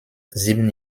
sieben